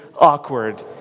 awkward